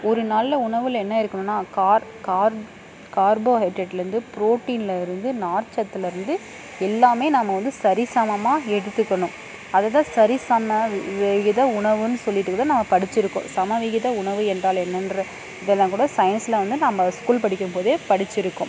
ஒரு நாளில் உணவில் என்ன இருக்கணும்னா கார் கார் கார்போஹைட்ரேட்லேந்து ப்ரோட்டீன்லருந்து நார்ச்சத்துலருந்து எல்லாமே நாம் வந்து சரி சமமாக எடுத்துக்கணும் அது தான் சரி சம விகித உணவுன்னு சொல்லிவிட்டு கூட நம்ம படிச்சிருக்கோம் சம விகித உணவு என்றால் என்னன்ற இதெல்லாம் கூட சைன்ஸில் வந்து நம்ப ஸ்கூல் படிக்கும் போதே படிச்சிருக்கோம்